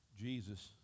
Jesus